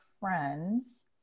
friends